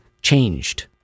Changed